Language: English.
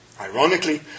Ironically